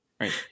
right